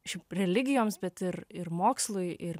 šiaip religijoms bet ir ir mokslui ir